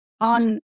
on